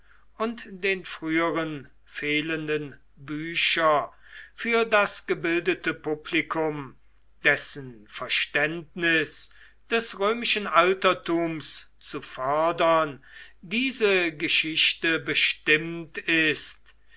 und den früheren fehlenden bücher für das gebildete publikum dessen verständnis des römischen altertums zu fördern diese geschichte bestimmt ist